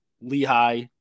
Lehigh